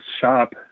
shop